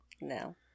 No